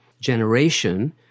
generation